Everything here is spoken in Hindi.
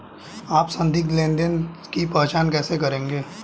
आप संदिग्ध लेनदेन की पहचान कैसे करेंगे?